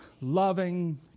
loving